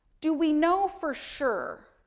do we know for sure?